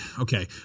Okay